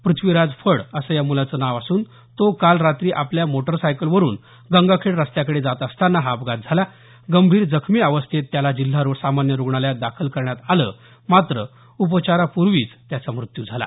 प्रथ्वीराज फड असं या मुलाचं नाव असून तो काल रात्री आपल्या मोटारसायकलवरून गंगाखेड रस्त्याकडे जात असताना हा अपघात झाला गंभीर जखमी अवस्थेतत त्याला जिल्हा सामान्य रुग्णालयात दाखल करण्यात आलं मात्र उपचार पूर्वीच त्याचा मृत्यू झाला